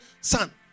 son